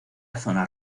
zonas